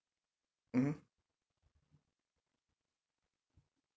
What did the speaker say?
mmhmm